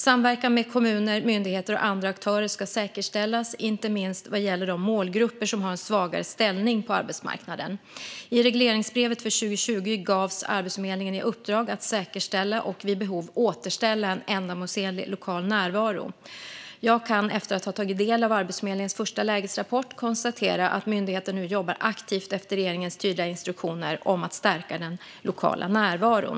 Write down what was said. Samverkan med kommuner, myndigheter och andra aktörer ska säkerställas, inte minst vad gäller de målgrupper som har en svagare ställning på arbetsmarknaden. I regleringsbrevet för 2020 gavs Arbetsförmedlingen i uppdrag att säkerställa och vid behov återställa en ändamålsenlig lokal närvaro. Jag kan efter att ha tagit del av Arbetsförmedlingens första lägesrapport konstatera att myndigheten nu jobbar aktivt efter regeringens tydliga instruktioner om att stärka den lokala närvaron.